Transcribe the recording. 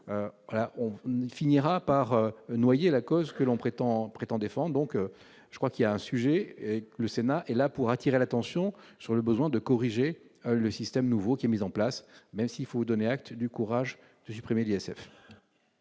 finirez par noyer la cause que vous prétendez défendre. Je crois donc qu'il y a un sujet, et le Sénat est là pour attirer l'attention sur le besoin de corriger le système nouveau que vous entendez mettre en place, même s'il faut vous donner acte du courage de supprimer l'ISF.